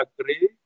agree